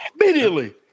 Immediately